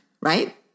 right